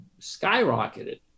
skyrocketed